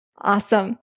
Awesome